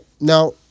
now